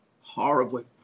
horribly